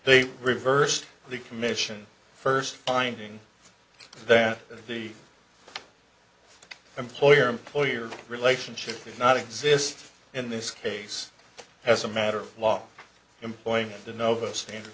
they reversed the commission first finding that the employer employee relationship is not exist in this case as a matter of law employing the novus standard